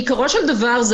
בעיקרו של דבר,